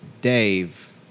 Dave